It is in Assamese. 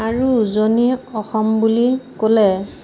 আৰু উজনি অসম বুলি ক'লে